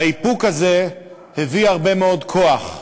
האיפוק הזה הביא הרבה מאוד כוח,